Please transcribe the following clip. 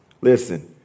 Listen